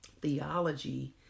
theology